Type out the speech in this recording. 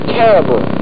terrible